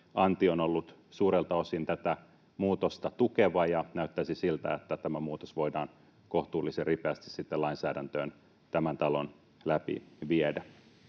anti on ollut suurelta osin tätä muutosta tukeva, ja näyttäisi siltä, että tämä muutos voidaan kohtuullisen ripeästi sitten lainsäädäntöön tämän talon läpi viedä.